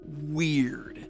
weird